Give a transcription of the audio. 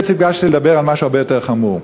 אני ביקשתי לדבר על משהו הרבה יותר חמור.